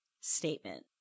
statement